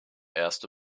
erste